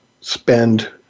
spend